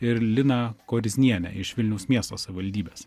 ir lina koriznienė iš vilniaus miesto savivaldybės